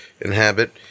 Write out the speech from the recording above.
inhabit